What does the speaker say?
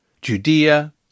Judea